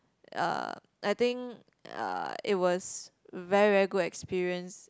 uh I think uh it was very very good experience